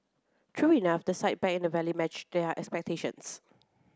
true enough the sight back in the valley matched their expectations